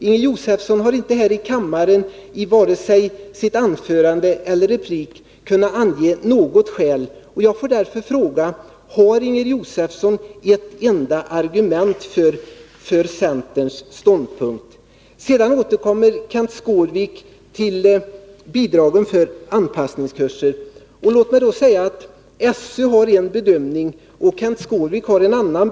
Inger Josefsson har inte här i kammaren, varken i sitt anförande eller i sin replik, kunnat ange något skäl. Jag får därför fråga: Har Inger Josefsson ett enda argument för centerns ståndpunkt? Kenth Skårvik återkom till bidraget till anpassningskurser. Låt mig då säga att SÖ har en bedömning och Kenth Skårvik en annan.